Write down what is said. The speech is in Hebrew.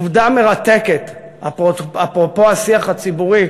עובדה מרתקת, אפרופו השיח הציבורי